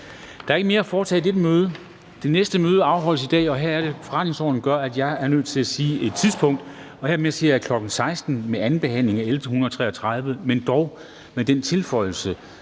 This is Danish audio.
Der er ikke mere at foretage i dette møde. Folketingets næste møde afholdes i dag. Forretningsordenen gør, at jeg er nødt til at sige et tidspunkt, og hermed siger jeg kl. 16.00, med andenbehandlingen af L 133, men dog med den tilføjelse,